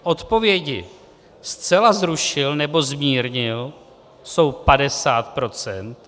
Odpovědi zcela zrušil nebo zmírnil jsou 50 %.